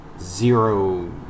zero